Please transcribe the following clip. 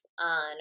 on